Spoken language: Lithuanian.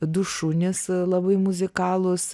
du šunys labai muzikalūs